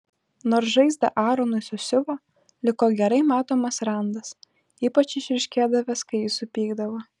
nors žaizdą aronui susiuvo liko gerai matomas randas ypač išryškėdavęs kai jis supykdavo